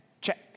Check